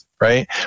right